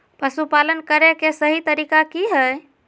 पशुपालन करें के सही तरीका की हय?